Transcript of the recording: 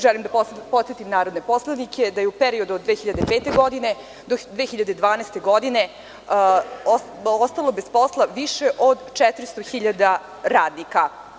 Želim da podsetim narodne poslanike da je u periodu od 2005. godine do 2012. godine ostalo bez posla više od 400.000 radnika.